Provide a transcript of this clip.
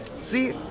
see